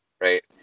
right